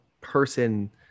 person